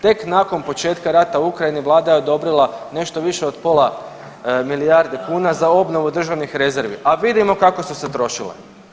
Tek nakon početka rata u Ukrajini Vlada je odobrila nešto više od pola milijarde kuna za obnovu državnih rezervi a vidimo kako su se trošila.